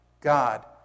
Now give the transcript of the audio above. God